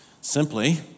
Simply